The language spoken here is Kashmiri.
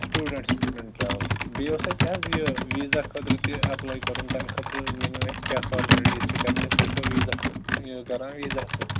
سِٹوٗڈنٛٹ ٹراوُِل بیٚیہِ اوس اسہِ حظ یہِ ویٖزا خٲطرٕ تہِ ایٚپلے کٔرُن تَمہِ خٲطرٕ ؤنِو اَسہِ کیٛاہ فارملٹیٖز چھِ کرنہِ تُہۍ چھِوا ویٖزا خٲطرٕ یہِ کٔران ویٖزا ہیس سٍتۍ